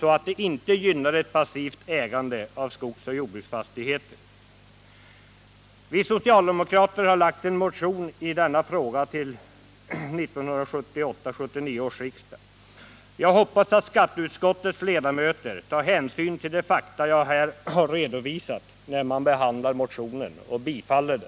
så, att de inte gynnar ett passivt ägande av skogsoch jordbruksfastigheter. Vi socialdemokrater har lagt fram en motion i denna fråga till 1978/79 års riksmöte. Jag hoppas att skatteutskottets ledamöter vid behandlingen av den motionen tar hänsyn till de fakta som jag här har redovisat och tillstyrker motionen.